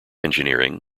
engineering